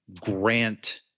grant